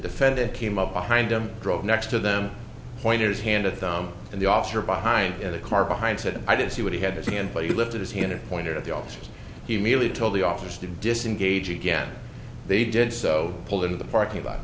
defendant came up behind them drove next to them pointers handed thumb and the officer behind in the car behind said i didn't see what he had his hand but he lifted his hand and pointed at the officers he merely told the officer to disengage again they did so pulled in the parking lot